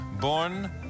born